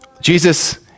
Jesus